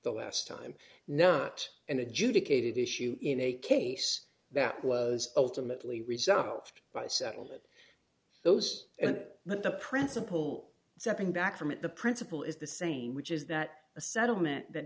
the last time no not in adjudicated issue in a case that was ultimately resolved by settlement those but the principal stepping back from it the principle is the same which is that a settlement that